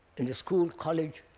in the school, college,